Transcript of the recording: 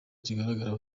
kigaragara